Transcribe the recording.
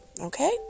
Okay